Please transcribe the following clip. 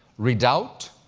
redoubt,